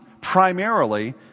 primarily